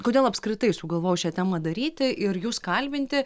kodėl apskritai sugalvojau šią temą daryti ir jus kalbinti